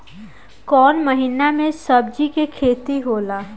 कोउन महीना में सब्जि के खेती होला?